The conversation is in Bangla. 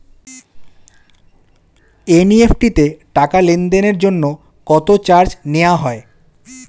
এন.ই.এফ.টি তে টাকা লেনদেনের জন্য কত চার্জ নেয়া হয়?